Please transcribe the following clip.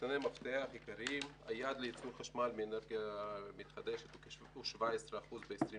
נתוני מפתח עיקריים: היעד לייצור חשמל מאנרגיה מתחדשת הוא 17% ב-2030.